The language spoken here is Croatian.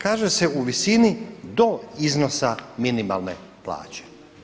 Kaže se u visini do iznosa minimalne plaće.